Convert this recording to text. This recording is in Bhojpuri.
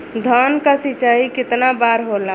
धान क सिंचाई कितना बार होला?